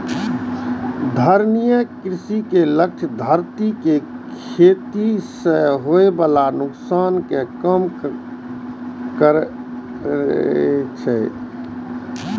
धारणीय कृषि के लक्ष्य धरती कें खेती सं होय बला नुकसान कें कम करनाय छै